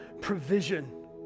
provision